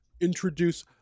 introduce